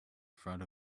front